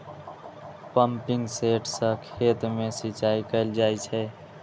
pumping set सं खेत मे सिंचाई कैल जाइ छै